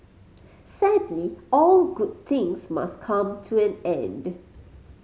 sadly all good things must come to an end